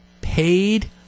paid